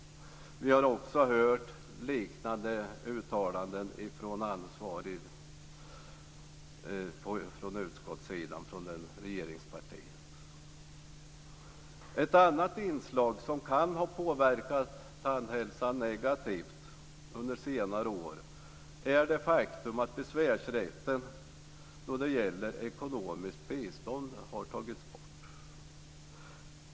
Vi har också hört liknande uttalanden från ansvarig från regeringspartiet på utskottssidan. Ett annat inslag som kan ha påverkat tandhälsan negativt under senare år är det faktum att besvärsrätten när det gäller ekonomiskt bistånd har tagits bort.